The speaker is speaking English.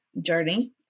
journey